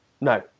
no